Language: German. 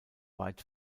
weit